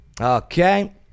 Okay